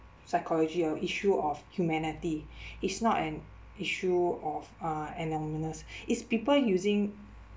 psychology or issue of humanity it's not an issue of uh it's people using